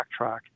backtrack